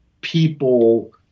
people